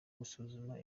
gusuzuma